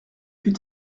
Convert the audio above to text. plus